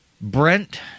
Brent